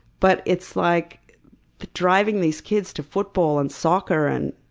but it's like driving these kids to football and soccer, and